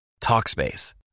Talkspace